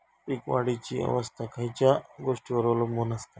पीक वाढीची अवस्था खयच्या गोष्टींवर अवलंबून असता?